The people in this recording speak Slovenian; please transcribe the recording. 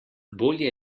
bolje